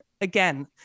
again